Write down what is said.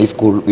School